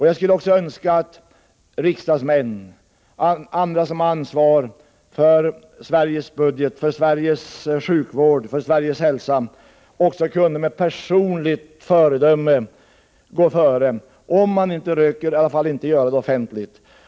Jag skulle också önska att riksdagsmän och andra som har ansvar för Sveriges budget, Sveriges sjukvård och Sveriges hälsa med personligt föredöme kunde gå före — om de röker behöver de åtminstone inte göra det offentligt.